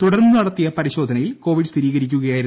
തുടർന്ന് നടത്തിയ പരിശോധനയിൽ കോവിഡ് സ്ഥിരീകരിക്കുകയായിരുന്നു